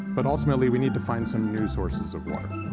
but ultimately we need to find some new sources of water.